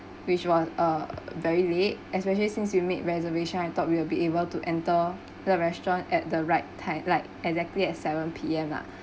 which was uh very late especially since we made reservation I thought we will be able to enter the restaurant at the right time like exactly at seven P_M lah